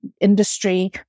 industry